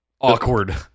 awkward